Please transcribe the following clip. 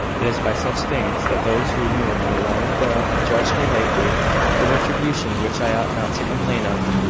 it is by such things that those who knew me long ago have judged me lately a retribution which i ought not to complain of.